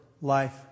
life